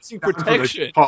protection